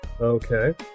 okay